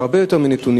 והרבה יותר מנתונים,